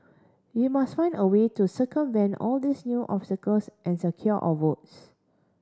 we must find a way to circumvent all these new obstacles and secure our votes